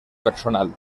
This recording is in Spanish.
personal